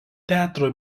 teatro